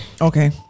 okay